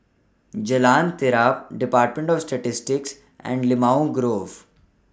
Jalan Terap department of Statistics and Limau Grove